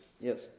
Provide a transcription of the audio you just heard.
Yes